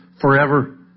forever